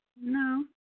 No